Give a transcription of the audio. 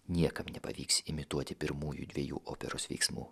niekam nepavyks imituoti pirmųjų dviejų operos veiksmų